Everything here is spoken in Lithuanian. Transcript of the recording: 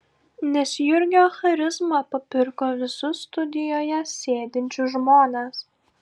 nes jurgio charizma papirko visus studijoje sėdinčius žmones